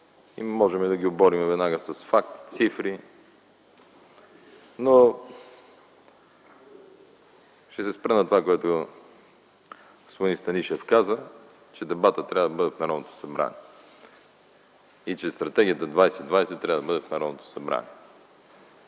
и можем да ги оборим веднага с факти и цифри, но ще се спра на това, което господин Станишев каза, че дебатът трябва да бъде в Народното събрание и че Стратегията 2020 трябва да бъде в Народното събрание.